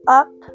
up